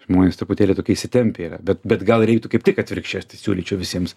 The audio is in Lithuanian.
žmonės truputėlį tokie įsitempę yra bet bet gal reiktų kaip tik atvirkščiai aš tai siūlyčiau visiems